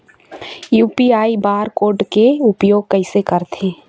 UPI bar code के उपयोग कैसे करथें?